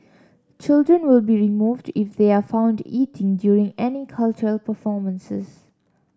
children will be removed if they are found eating during any cultural performances